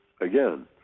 again